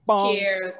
Cheers